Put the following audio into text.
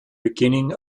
beginning